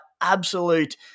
absolute